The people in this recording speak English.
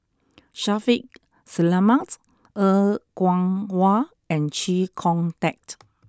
Shaffiq Selamat Er Kwong Wah and Chee Kong Tet